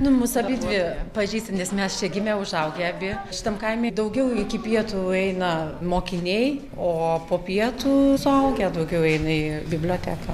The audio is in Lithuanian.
nu mus abidvi pažįsta nes mes čia gimę užaugę abi šitam kaime daugiau iki pietų eina mokiniai o po pietų suaugę daugiau eina į biblioteką